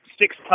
six